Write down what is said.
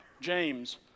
James